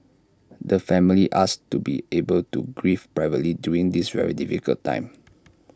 the family asks to be able to grieve privately during this very difficult time